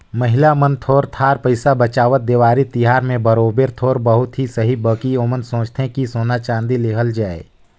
महिला मन थोर थार पइसा बंचावत, देवारी तिहार में बरोबेर थोर बहुत ही सही बकि ओमन सोंचथें कि सोना चाँदी लेहल जाए